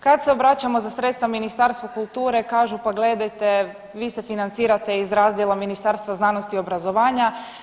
Kada se obraćamo za sredstva Ministarstvu kulture kažu pa gledajte vi se financirate iz razdjela Ministarstva znanosti i obrazovanja.